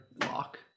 lock